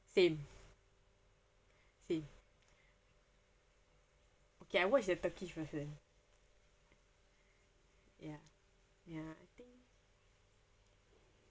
same same okay I watch the turkey person ya ya I think